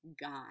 God